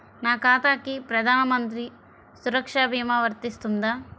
నా ఖాతాకి ప్రధాన మంత్రి సురక్ష భీమా వర్తిస్తుందా?